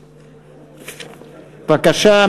בבקשה.